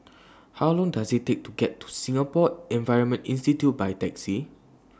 How Long Does IT Take to get to Singapore Environment Institute By Taxi